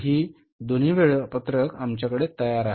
तर ही दोन्ही वेळापत्रक आमच्याकडे तयार आहे